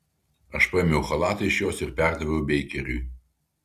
aš paėmiau chalatą iš jos ir perdaviau beikeriui